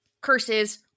curses